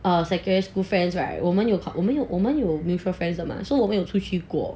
err secondary school friends right 我们有我们有我们有 mutual friends ah mah so 我们有出去过